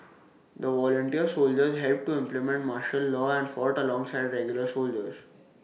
the volunteer soldiers helped to implement martial law and fought alongside regular soldiers